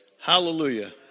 Hallelujah